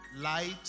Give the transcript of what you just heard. light